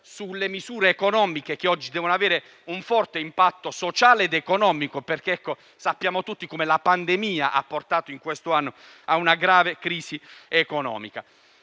sulle misure economiche, che oggi devono avere un forte impatto sociale ed economico, perché sappiamo tutti come la pandemia ha portato quest'anno a una grave crisi. Una